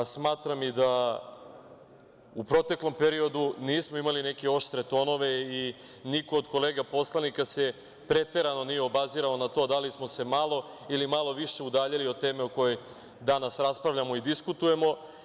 Smatram da u proteklom periodu nismo imali neke oštre tonove i niko od kolega poslanika se preterano nije obazirao na to da li smo se malo ili malo više udaljili od teme o kojoj danas raspravljamo i diskutujemo.